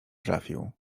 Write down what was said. trafił